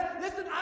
Listen